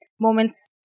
moments